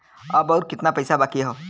अब अउर कितना पईसा बाकी हव?